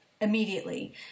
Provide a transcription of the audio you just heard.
immediately